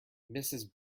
mrs